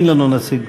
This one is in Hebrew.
אין לנו נציג.